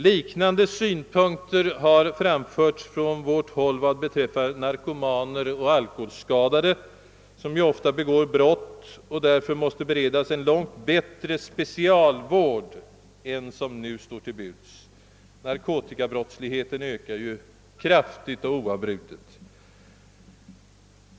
Liknande synpunkter har framförts från vårt håll när det gäller narkomaner och alkoholskadade, som ju ofta begår brott och därför måste beredas en långt bättre specialvård än den som nu står till buds. Narkotikabrottsligheten ökar ju kraftigt och oavbrutet.